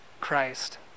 Christ